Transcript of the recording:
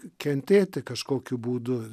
kentėti kažkokiu būdu